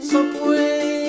Subway